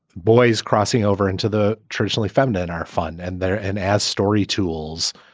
boys crossing over into the traditionally feminine are fun, and they're and as story tools,